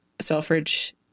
selfridge